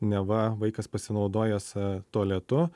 neva vaikas pasinaudojęs tualetu